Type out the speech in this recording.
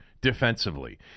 defensively